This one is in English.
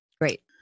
Great